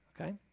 Okay